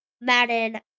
Madden